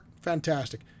fantastic